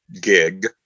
gig